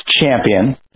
champion